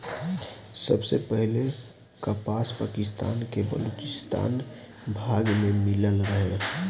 सबसे पहिले कपास पाकिस्तान के बलूचिस्तान भाग में मिलल रहे